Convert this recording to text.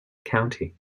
county